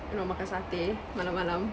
you know makan sate malam malam